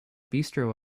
bistro